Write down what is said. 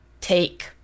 take